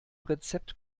rezept